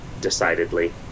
decidedly